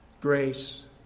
grace